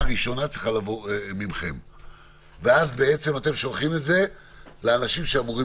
תודיעו לנו מתי אפשר להביא את השופט ובאיזה שעה זה הנוסח שאני רוצה.